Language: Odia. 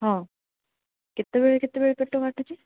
ହଁ କେତେବେଳେ କେତେବେଳେ ପେଟ କାଟୁଛି